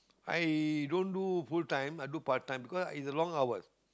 i don't do full time i do part time because it's a long hours